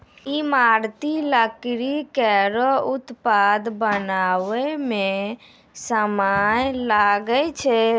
ईमारती लकड़ी केरो उत्पाद बनावै म समय लागै छै